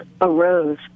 arose